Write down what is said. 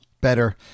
better